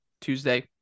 Tuesday